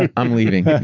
um i'm leaving